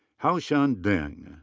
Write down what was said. haotian deng.